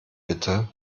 bitte